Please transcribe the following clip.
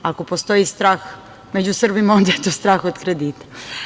Ako postoji strah među Srbima onda je to strah od kredita.